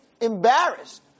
embarrassed